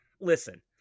listen